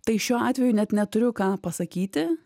tai šiuo atveju net neturiu ką pasakyti